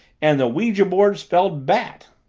and the ouija-board spelled bat!